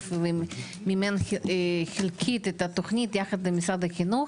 מימן חלקית את התוכנית יחד עם משרד החינוך,